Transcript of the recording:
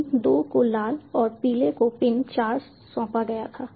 pin 2 को लाल और पीले को पिन 4 सौंपा गया था